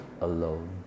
alone